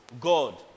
God